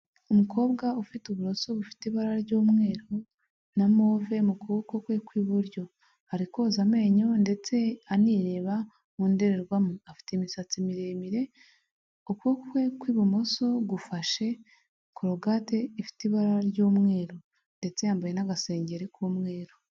Umukobwa ufite uburoso bufite ibara ry'umweru na move mu kuboko kwe kw'iburyo ari koza amenyo ndetse anireba mu ndorerwamo afite imisatsi miremire uku boko kwe kw'ibumoso gufashe korogate ifite ibara ry'umweru ndetse yambaye n'agasengeri k'umweru.